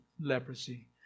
leprosy